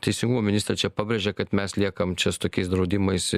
teisingumo ministrė čia pabrėžė kad mes liekam čia su tokiais draudimais